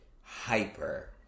hyper